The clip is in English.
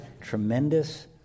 tremendous